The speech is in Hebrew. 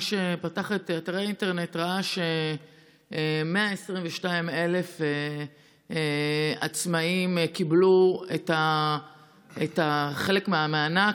מי שפתח את אתרי האינטרנט ראה ש-122,000 עצמאים קיבלו חלק מהמענק.